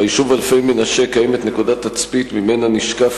ביישוב אלפי-מנשה קיימת נקודת תצפית שממנה נשקף